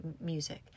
music